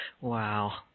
Wow